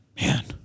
man